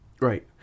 right